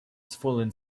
fallen